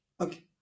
Okay